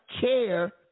care